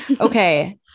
okay